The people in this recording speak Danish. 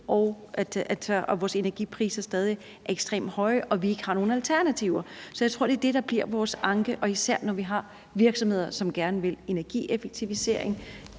og vores energipriser er stadig væk ekstremt høje, og vi har ikke nogen alternativer. Så jeg tror, at det er det, der bliver vores anke. Det gælder jo, især fordi vi har virksomheder, som gerne vil energieffektivisering,